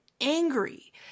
angry